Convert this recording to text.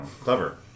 clever